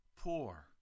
poor